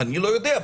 אני לא יודע.